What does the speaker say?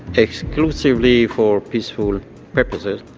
exclusively for peaceful purposes.